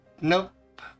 Nope